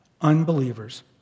unbelievers